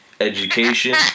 education